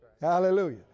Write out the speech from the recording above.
Hallelujah